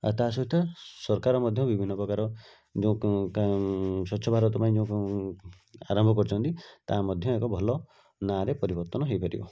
ଆଉ ତା' ସହିତ ସରକାର ମଧ୍ୟ ବିଭିନ୍ନ ପ୍ରକାର ଯେଉଁ ସ୍ଵଚ୍ଛ ଭାରତ ପାଇଁ ଯେଉଁ ଆରମ୍ଭ କରିଛନ୍ତି ତାହା ମଧ୍ୟ ଏକ ଭଲ ନାଁରେ ପରିବର୍ତ୍ତନ ହୋଇପାରିବ